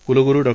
कुलगुरु डॉ